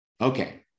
Okay